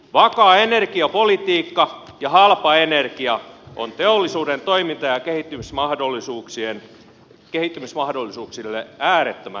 vakaa energiapolitiikka ja halpa energia on teollisuuden toiminta ja kehittymismahdollisuuksille äärettömän tärkeää